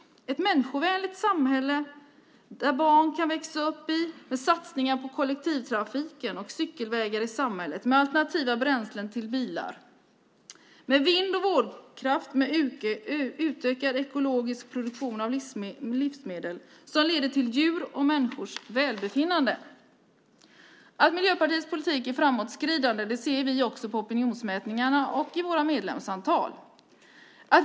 Det handlar om ett människovänligt samhälle där barn kan växa upp med satsningar på kollektivtrafiken och cykelvägar i samhället, med alternativa bränslen till bilar, med vind och vågkraft och med utökad ekologisk produktion av livsmedel som leder till djurs och människors välbefinnande. Att Miljöpartiets politik är framåtskridande ser vi också på opinionsmätningarna och i våra medlemsantal.